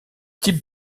type